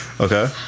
Okay